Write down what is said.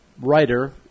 writer